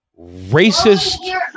racist